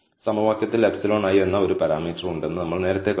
സമവാക്യത്തിൽ εi എന്ന ഒരു പരാമീറ്റർ ഉണ്ടെന്ന് നമ്മൾ നേരത്തെ കണ്ടു